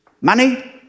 Money